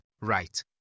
Right